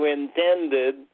intended